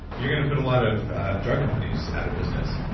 you're going to put a lot of drug companies out of business.